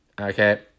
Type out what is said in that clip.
Okay